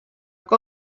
que